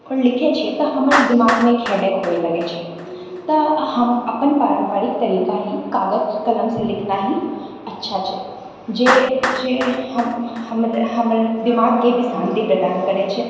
आओर लिखए छिऐ तऽ हमर दिमागमे हेडेक हुए लागैत छै तऽ हम अपन पारम्परिक तरिका ही कागज कलमसँ लिखना ही अच्छा छै जे जे हम हमर हमर दिमागके भी शान्ति प्रदान करैत छै